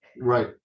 right